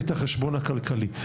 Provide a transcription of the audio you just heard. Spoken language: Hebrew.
את החשבון הכלכלי.